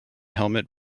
helmet